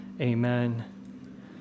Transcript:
Amen